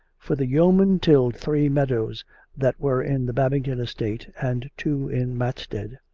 for the yeoman tilled three meadows that were in the babington estate and two in matstead.